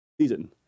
season